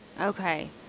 Okay